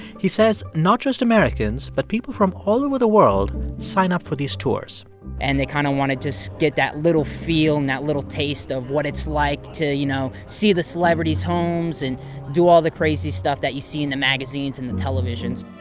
he says not just americans, but people from all over the world sign up for these tours and they kind of want to just get that little feel and that little taste of what it's like to, you know, see the celebrities' homes and do all the crazy stuff that you see in the magazines and the televisions